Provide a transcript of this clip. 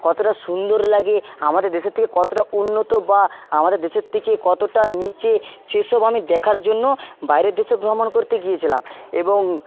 কতটা সুন্দর লাগে আমাদের দেশের থেকে কতটা উন্নত বা আমাদের দেশের থেকে কতটা নীচে সে সব আমি দেখার জন্য বাইরের দেশে ভ্রমণ করতে গিয়েছিলাম এবং